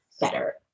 better